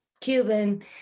Cuban